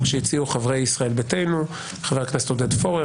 שהציעו חברי ישראל ביתנו: חבר הכנסת עודד פורר,